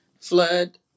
flood